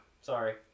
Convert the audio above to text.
Sorry